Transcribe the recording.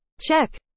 Check